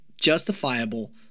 justifiable